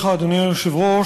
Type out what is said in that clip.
אדוני היושב-ראש,